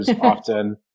often